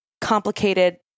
complicated